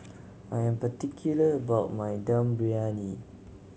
I am particular about my Dum Briyani